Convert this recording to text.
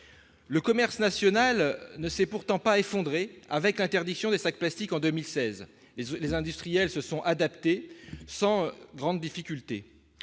le commerce national ne s'est pourtant pas effondrée avec interdiction des sacs plastiques en 2016, les industriels se sont adaptés, sans grande difficulté,